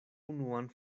unuan